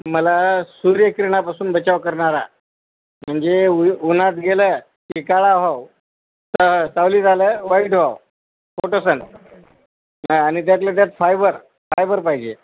मला सूर्यकिरणापासून बचाव करणारा म्हणजे उ उन्हात गेलं की काळा व्हावं तर सावलीत आलं वाईट व्हावं फोटोसन हा आणि त्यातल्या त्यात फायबर फायबर पाहिजे